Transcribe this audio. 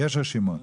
יש רשימות?